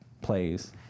plays